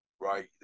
right